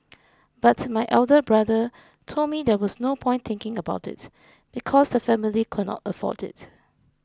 but my elder brother told me there was no point thinking about it because the family could not afford it